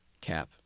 Cap